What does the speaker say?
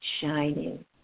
shining